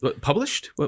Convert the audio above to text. published